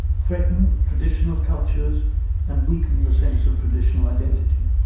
threaten traditional cultures and weaken the sense of traditional identity.